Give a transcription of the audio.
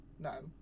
No